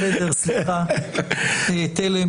בין אם היא אקסידנטאלית ובין אם לאו.